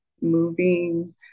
moving